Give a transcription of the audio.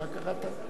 מה קראת?